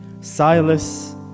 Silas